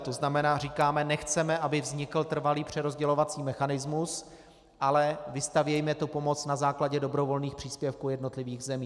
To znamená říkáme: nechceme, aby vznikl trvalý přerozdělovací mechanismus, ale vystavějme tu pomoc na základě dobrovolných příspěvků jednotlivých zemí.